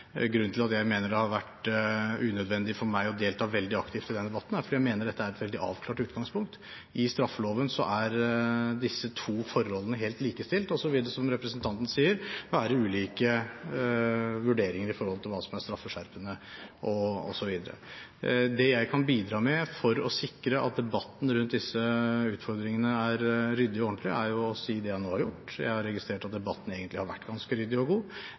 Grunnen til at jeg mener det har vært unødvendig for meg å delta veldig aktivt i denne debatten, er at utgangspunktet er veldig avklart. I straffeloven er disse to forholdene helt likestilt. Så vil det – som representanten sier – være ulike vurderinger med hensyn til hva som er straffeskjerpende osv. Det jeg kan bidra med for å sikre at debatten rundt disse utfordringene er ryddig og ordentlig, er å si det jeg nå har gjort. Jeg har registrert at debatten egentlig har vært ganske ryddig og god.